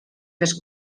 fes